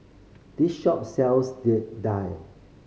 this shop sells daal